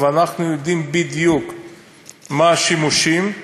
ואנחנו יודעים בדיוק מה השימושים,